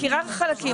מכירה בחלקים.